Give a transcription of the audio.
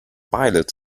pilot